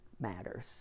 matters